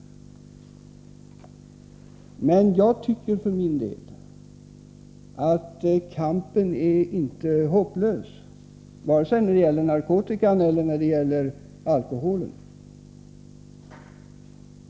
Men jag tycker för min del att kampen inte är hopplös, vare sig när det gäller narkotikan eller när det gäller alkoholen.